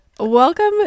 Welcome